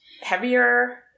heavier